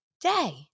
day